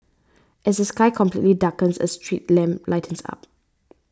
as the sky completely darkens a street lamp lights up